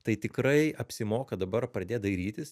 tai tikrai apsimoka dabar pradėt dairytis